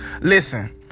listen